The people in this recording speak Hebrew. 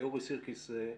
אורי סירקיס,